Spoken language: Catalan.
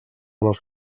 les